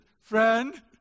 friend